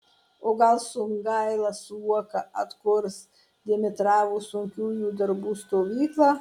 o gal songaila su uoka atkurs dimitravo sunkiųjų darbų stovyklą